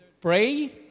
pray